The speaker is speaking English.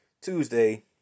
Tuesday